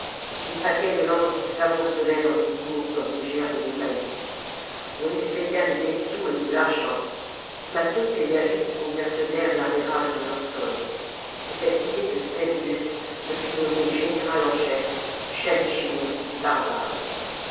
les paquets de lances s'amoncelaient dans les bourgs comme des gerbes de maïs on expédia des bestiaux et de l'argent mâtho paya vite aux mercenaires l'arrérage de leur solde et cette idée de spendius le fit nommer général en chef schalischim des